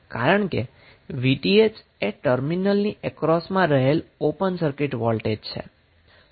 કારણ કે Vth એ ટર્મિનલની અક્રોસમાં રહેલો ઓપન સર્કિટ વોલ્ટેજ છે